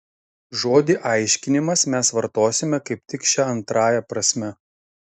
žodį aiškinimas mes vartosime kaip tik šia antrąja prasme